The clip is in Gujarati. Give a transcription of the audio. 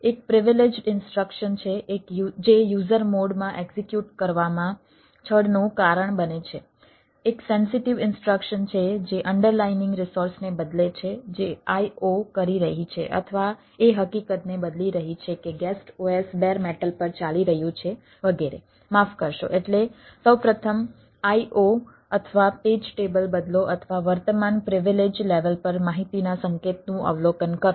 એક પ્રિવિલેજ્ડ ઇન્સ્ટ્રક્શન લેવલ પર માહિતીના સંકેતનું અવલોકન કરો